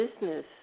business